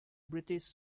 british